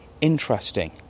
interesting